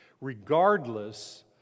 Regardless